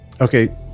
okay